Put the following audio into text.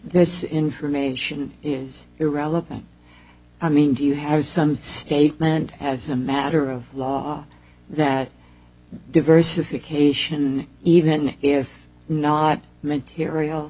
this information is irrelevant i mean do you have some statement as a matter of law that diversification even if not material